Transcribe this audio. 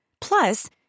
Plus